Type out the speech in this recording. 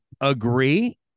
agree